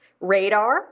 radar